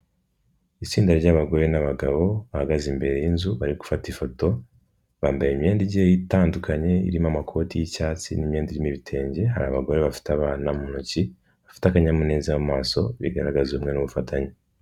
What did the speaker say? Itsinda ry'abagore n'abagabo bahagaze imbere y'inzu bari gufata ifoto, bambaye imyenda igiye itandukanye irimo amakoti y'icyatsi n'imyenda irimo ibitenge. Hari abagore bafite abana mu ntoki fafite akanyamuneza mu maso, bigaragaza ubumwe n'ubufatanye.